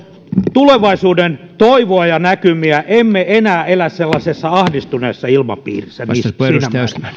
tulevaisuuden toivoa ja näkymiä emme enää elä sellaisessa ahdistuneessa ilmapiirissä arvoisa puhemies